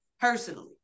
Personally